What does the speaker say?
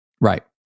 Right